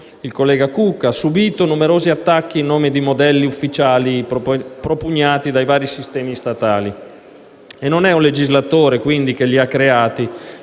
il collega Cucca, subìto numerosi attacchi in nome di modelli ufficiali propugnati dai vari sistemi statali. Non è un legislatore, quindi, che li ha creati,